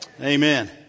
Amen